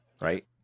right